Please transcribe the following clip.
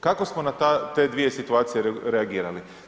Kako smo na te dvije situacije reagirali?